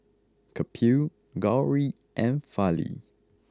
Kapil Gauri and Fali